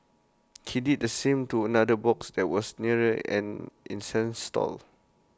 he did the same to another box that was near an incense stall